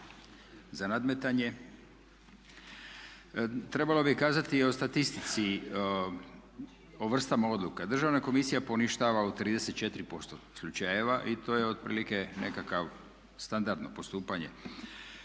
za nadmetanje. Trebalo bi kazati i o statistici, o vrstama odluka. Državna komisija poništava u 34% slučajeva i to je otprilike nekakvo standardno postupanje.